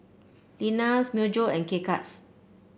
Lenas Myojo and K Cuts